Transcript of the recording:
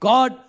God